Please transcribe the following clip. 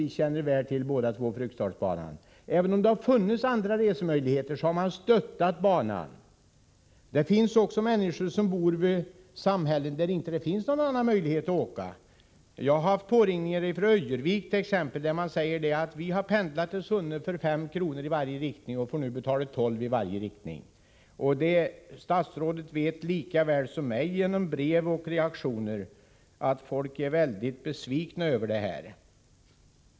Det gäller t.ex. en bana som vi känner väl till båda två, herr statsråd, nämligen Fryksdalsbanan. Det finns också människor som bor i samhällen där det inte finns någon annan möjlighet att åka. Jag har haft påringningar från folk it.ex. Öjervik, där man säger: Vi har pendlat till Sunne för 5 kr. i varje riktning och får nu betala 12 kr. i varje riktning. Statsrådet vet lika väl som jag, genom brev och reaktioner, att folk är besvikna.